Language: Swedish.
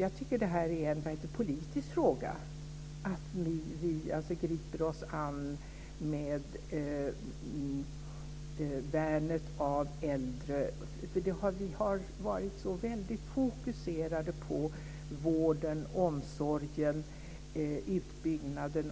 Jag tycker att det är en politisk fråga att vi griper oss an värnet av äldre, därför att vi har varit så väldigt fokuserade på vården, omsorgen och utbyggnaden